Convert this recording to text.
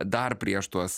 dar prieš tuos